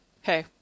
hey